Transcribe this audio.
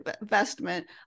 investment